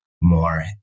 more